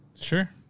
Sure